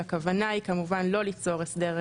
שהכוונה היא כמובן לא ליצור הסדר,